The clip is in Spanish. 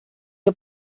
que